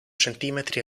centimetri